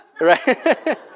right